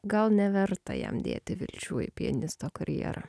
gal neverta jam dėti vilčių į pianisto karjerą